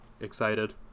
excited